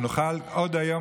כדי שנוכל עוד היום,